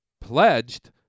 pledged